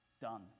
Done